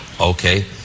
Okay